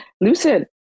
Lucid